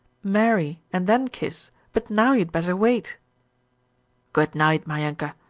marry and then kiss, but now you'd better wait good-night, maryanka.